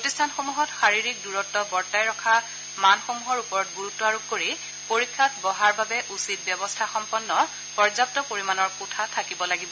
প্ৰতিষ্ঠানসমূহত শাৰীৰিক দূৰত্ব বৰ্তাই ৰখাৰ মানসমূহৰ ওপৰত গুৰুত্ব আৰোপ কৰি পৰীক্ষাত বহাৰ বাবে উচিত ব্যৱস্থা সম্পন্ন পৰ্যাপ্ত পৰিমাণৰ কোঠা থাকিব লাগিব